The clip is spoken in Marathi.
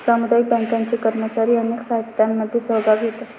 सामुदायिक बँकांचे कर्मचारी अनेक चाहत्यांमध्ये सहभागी होतात